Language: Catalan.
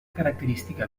característica